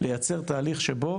לייצר תהליך שבו